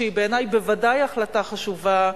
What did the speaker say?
שהיא בעיני בוודאי החלטה חשובה,